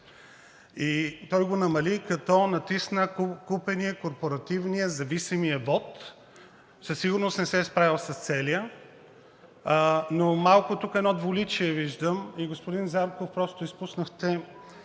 Той го намали, като натисна купения, корпоративния, зависимия вот. Със сигурност не се е справил с целия, но тук малко виждам едно двуличие. Господин Зарков, просто изпуснахте